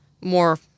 more